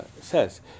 says